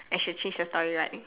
I should change the story right